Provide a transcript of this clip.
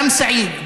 גם סעיד,